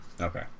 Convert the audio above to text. Okay